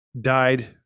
died